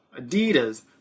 Adidas